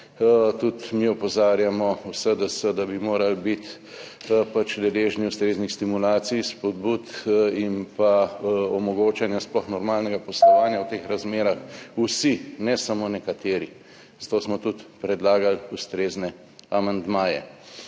Tudi mi v SDS opozarjamo, da bi morali biti vsi deležni ustreznih stimulacij, spodbud in pa omogočanja sploh normalnega poslovanja v teh razmerah, ne samo nekateri. Zato smo tudi predlagali ustrezne amandmaje.